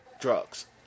drugs